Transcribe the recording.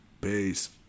Peace